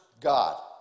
God